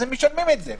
אז הם משלמים את זה,